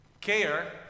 care